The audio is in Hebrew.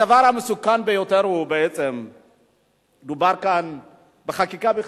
הדבר המסוכן ביותר הוא בעצם בחקיקה בכלל.